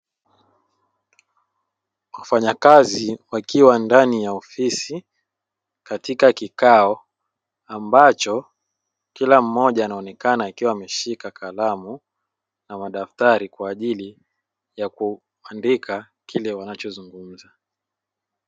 Wafanyakazi wakiwa ndani ya ofisi katika kikao ambacho kila mmoja anaonekana akiwa ameshika kalamu na madaftari kwa ajili ya kuandika kile wanachozungumza.